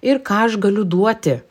ir ką aš galiu duoti